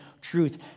truth